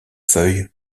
feuilles